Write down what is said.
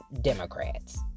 democrats